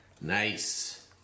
nice